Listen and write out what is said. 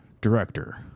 director